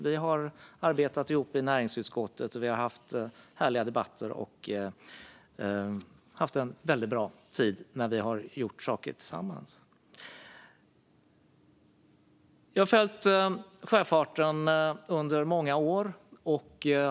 Vi har arbetat ihop i näringsutskottet och haft härliga debatter och en väldigt bra tid när vi har gjort saker tillsammans. Jag har följt sjöfarten under många år.